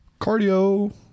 cardio